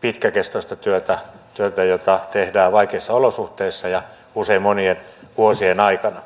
pitkäkestoista työtä työtä jota tehdään vaikeissa olosuhteissa ja usein monien vuosien aikana